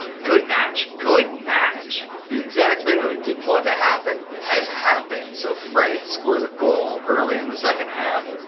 good match. good and match! the exact thing that i didn't want to happen has happened. so france scores a goal early in the second half.